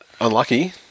unlucky